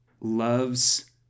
loves